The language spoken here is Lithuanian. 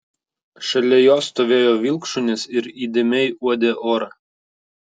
šalia jo stovėjo vilkšunis ir įdėmiai uodė orą